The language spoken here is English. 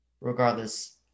regardless